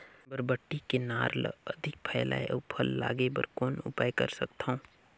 बरबट्टी के नार ल अधिक फैलाय अउ फल लागे बर कौन उपाय कर सकथव?